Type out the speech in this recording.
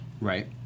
Right